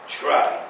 try